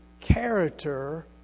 character